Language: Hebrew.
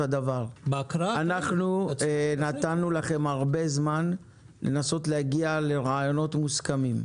הדבר: אנחנו נתנו לכם הרבה זמן לנסות להגיע לרעיונות מוסכמים.